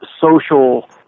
social